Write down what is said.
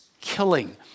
killing